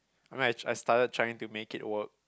I mean I tru~ I started trying to make it work